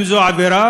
האם זו עבירה,